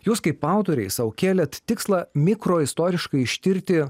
jūs kaip autoriai sau kėlėt tikslą mikro istoriškai ištirti